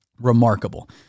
remarkable